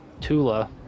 Tula